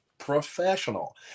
professional